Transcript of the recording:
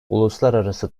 uluslararası